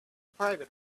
private